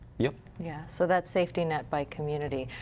yeah yeah so that safety net by community,